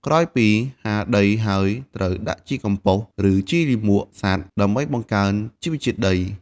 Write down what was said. ក្រោយពីហាលដីហើយ ត្រូវដាក់ជីកំប៉ុស្ត ឬជីលាមកសត្វ ដើម្បីបង្កើនជីវជាតិដី។